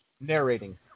narrating